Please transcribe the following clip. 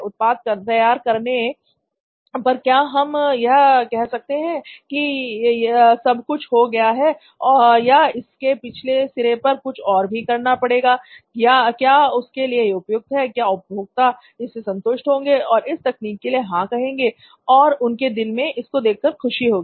उत्पाद तैयार होने पर क्या हम कह सकते हैं कि सब कुछ हो हो गया या इसके पिछले सिरे पर कुछ और भी करना पड़ेगा क्या उसके लिए उपयुक्त है क्या उपभोक्ता इससे संतुष्ट होंगे और इस तकनीक के लिए हां कहेंगे और उनके दिल में इसको देख कर खुशी होगी